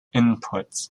input